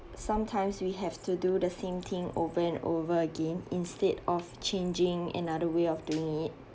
sometimes we have to do the same thing over and over again instead of changing another way of doing it